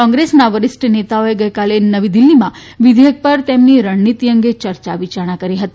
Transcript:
કોંગ્રેસના વરિષ્ઠ નેતાઓએ ગઈકાલે નવી દિલ્હીમાં વિધેયક પર તેમની રણનીતિ અંગે ચર્ચા વિયારણા કરી હતી